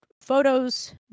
photos